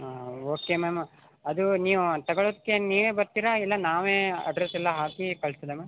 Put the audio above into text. ಹಾಂ okay ma'am ಅದು ನೀವು ತಗೊಳೊಕ್ಕೇನು ನೀವೇ ಬರ್ತೀರಾ ಇಲ್ಲ ನಾವೇ ಅಡ್ರೆಸ್ಸೆಲ್ಲ ಹಾಕಿ ಕಳ್ಸೋದ ಮ್ಯಾಮ್